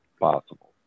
possible